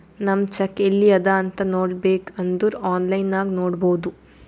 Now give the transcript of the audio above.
ನಮ್ ಚೆಕ್ ಎಲ್ಲಿ ಅದಾ ಅಂತ್ ನೋಡಬೇಕ್ ಅಂದುರ್ ಆನ್ಲೈನ್ ನಾಗ್ ನೋಡ್ಬೋದು